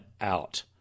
out